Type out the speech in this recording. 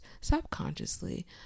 subconsciously